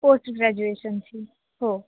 post ग्रॅजुएशनची हो